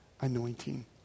anointing